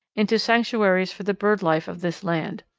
into sanctuaries for the bird life of this land.